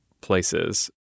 places